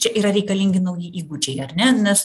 čia yra reikalingi nauji įgūdžiai ar ne nes